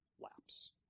lapse